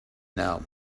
know